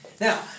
now